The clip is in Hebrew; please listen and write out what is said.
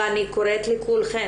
ואני קוראת לכולכן,